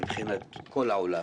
מבחינת כל העולם